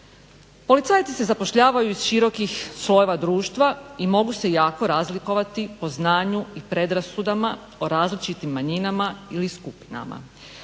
Policajci se zapošljavaju iz širokih slojeva društva i mogu se jako razlikovati po znanju i predrasudama o različitim manjinama ili skupinama.